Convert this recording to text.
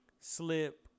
slip